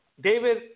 David